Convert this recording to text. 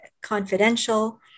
confidential